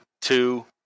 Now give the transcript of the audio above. two